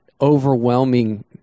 overwhelming